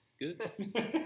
Good